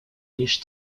лишь